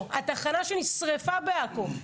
לגבי התחנה שנשרפה בעכו,